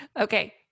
Okay